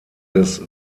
des